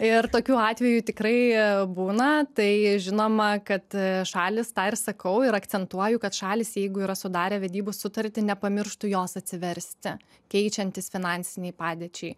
ir tokių atvejų tikrai būna tai žinoma kad šalys tą ir sakau ir akcentuoju kad šalys jeigu yra sudarę vedybų sutartį nepamirštų jos atsiversti keičiantis finansinei padėčiai